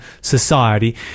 society